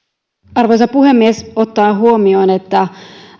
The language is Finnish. arvoisa puhemies ottaen huomioon että